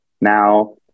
Now